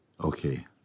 okay